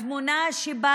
התמונה הגדולה,